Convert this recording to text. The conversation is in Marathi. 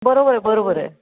बरोबर आहे बरोबर आहे